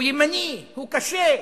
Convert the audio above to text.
הוא ימני, הוא קשה.